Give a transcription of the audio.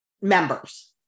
members